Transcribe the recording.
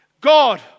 God